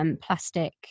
plastic